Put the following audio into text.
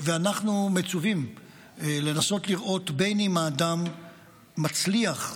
אנחנו מצווים לנסות לראות אם האדם מצליח,